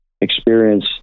experience